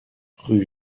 rue